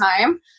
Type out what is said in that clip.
time